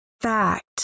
fact